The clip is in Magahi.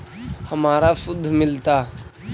हमरा शुद्ध मिलता?